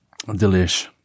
Delish